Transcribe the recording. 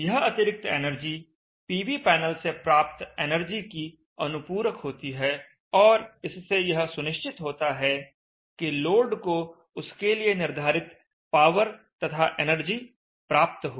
यह अतिरिक्त energy PV panel से प्राप्त एनर्जी की अनुपूरक होती है और इससे यह सुनिश्चित होता है कि लोड को उसके लिए निर्धारित पावर तथा एनर्जी प्राप्त हो